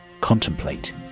contemplate